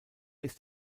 ist